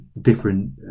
different